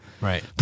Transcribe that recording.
Right